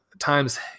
times